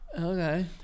Okay